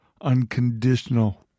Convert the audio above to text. unconditional